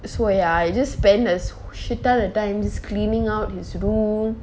ah ya I just spend a shit ton of time cleaning out his room